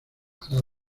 hará